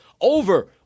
over